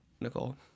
Nicole